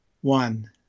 One